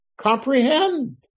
comprehend